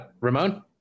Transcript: Ramon